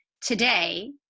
today